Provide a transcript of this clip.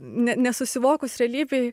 ne nesusivokus realybėj